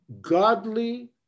godly